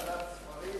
זה שייך להשאלת ספרים?